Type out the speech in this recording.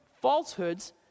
falsehoods